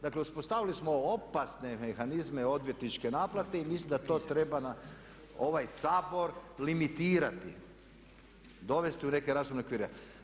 Dakle, uspostavili smo opasne mehanizme odvjetničke naplate i mislim da to treba ovaj Sabor limitirati, dovesti u neke razumne okvire.